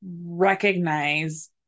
recognize